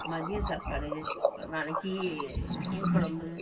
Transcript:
மதியம் சாப்பாடு ஒரு நாளைக்கு மீன் கொழம்பு